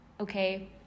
Okay